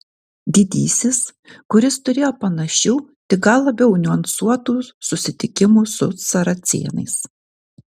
didysis kuris turėjo panašių tik gal labiau niuansuotų susitikimų su saracėnais